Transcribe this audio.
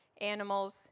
animals